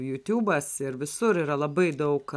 jutiūbas ir visur yra labai daug